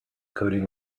coding